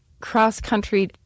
cross-country